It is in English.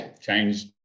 changed